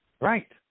Right